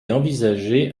envisagée